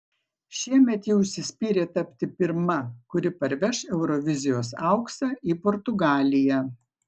šiemet ji užsispyrė tapti pirma kuri parveš eurovizijos auksą į portugaliją